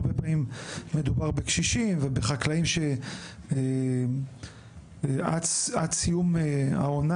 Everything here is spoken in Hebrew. הרבה פעמים מדובר בקשישים ובחקלאים שעד סיום העונה